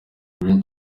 green